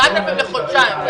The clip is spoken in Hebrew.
4,000 לחודשיים.